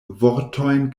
vortojn